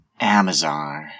Amazar